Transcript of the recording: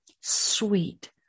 sweet